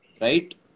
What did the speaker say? Right